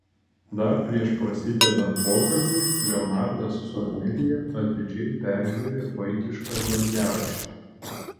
dar prieš prasidedant pokalbiui leonardas su emilija atidžiai peržiūri vaikišką valgiaraštį